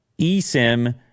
eSIM